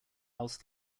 else